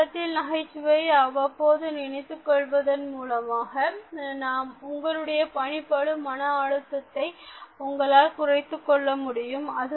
பணியிடத்தில் நகைச்சுவையை அவ்வப்போது நினைத்துக் கொள்வதன் மூலமாக உங்களுடைய பணி பளு மன அழுத்தத்தை உங்களால் குறைத்துக்கொள்ள முடியும்